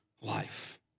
life